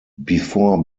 before